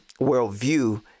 worldview